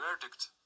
Verdict